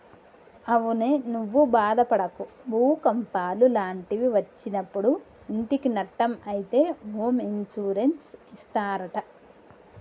అవునే నువ్వు బాదపడకు భూకంపాలు లాంటివి ఒచ్చినప్పుడు ఇంటికి నట్టం అయితే హోమ్ ఇన్సూరెన్స్ ఇస్తారట